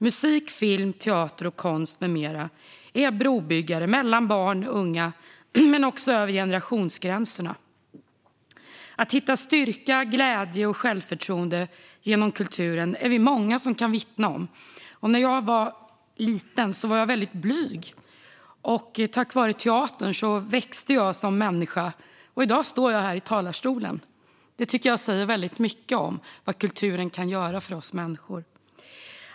Musik, film, teater och konst med mera är brobyggare mellan barn och unga men också över generationsgränserna. Att man kan hitta styrka, glädje och självförtroende genom kulturen är vi många som kan vittna om. När jag var liten var jag väldigt blyg. Men tack vare teatern växte jag som människa, och i dag står jag här i talarstolen. Det tycker jag säger mycket om vad kulturen kan göra för oss människor.